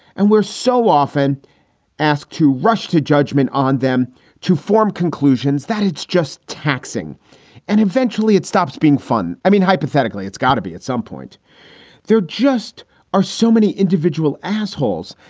and we're so often asked to rush to judgment on them to form conclusions that it's just taxing and eventually it stops being fun. i mean, hypothetically, it's got to be at some point there just are so many individual assholes.